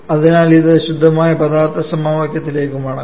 അതിനാൽ ഇത് ശുദ്ധമായ പദാർത്ഥ സമവാക്യത്തിലേക്ക് മടങ്ങും